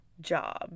job